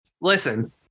listen